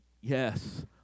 yes